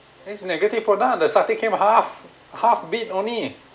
it's a negative product the satay came half half bit only